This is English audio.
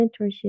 mentorship